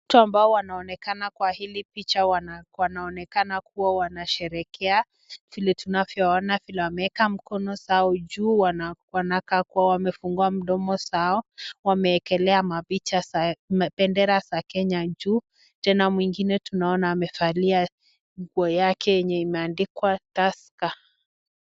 Watu ambao wanaonekana kwa hili picha wanaonekana kuwa wanasherehekea. Vile tunavyoona vile wameeka mkono zao juu wanakaa kuwa wamefungua midomo zao. Wameekelea bendera za Kenya juu. Tena mwingine tunaona amevalia nguo yake yenye imeandikwa tusker .